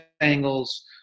angles